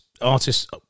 artists